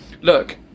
look